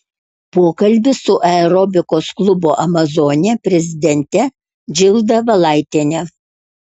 pokalbis su aerobikos klubo amazonė prezidente džilda valaitiene